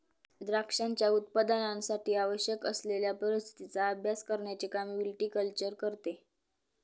द्राक्षांच्या उत्पादनासाठी आवश्यक असलेल्या परिस्थितीचा अभ्यास करण्याचे काम विटीकल्चर करते